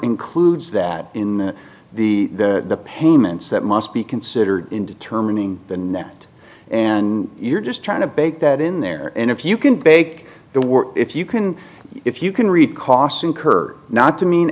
includes that in the payments that must be considered in determining the net and you're just trying to bake that in there and if you can bake the word if you can if you can read costs incurred not to mean